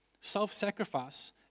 Self-sacrifice